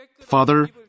Father